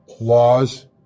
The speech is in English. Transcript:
laws